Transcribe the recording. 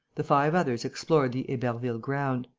the five others explored the heberville ground.